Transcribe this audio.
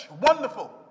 Wonderful